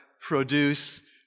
produce